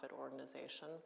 organization